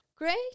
Great